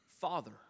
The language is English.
Father